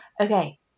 okay